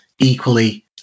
equally